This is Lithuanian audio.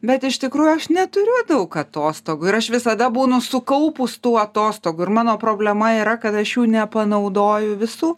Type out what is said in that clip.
bet iš tikrųjų aš neturiu daug atostogų ir aš visada būnu sukaupus tų atostogų ir mano problema yra kad aš jų nepanaudoju visų